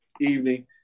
evening